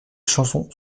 chansons